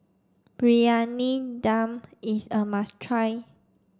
Briyani Dum is a must try